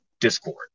Discord